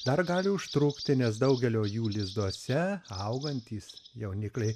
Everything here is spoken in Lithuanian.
dar gali užtrukti nes daugelio jų lizduose augantys jaunikliai